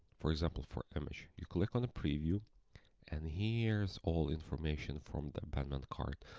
for example for image, you click on the preview and here's all information from the abandoned cart.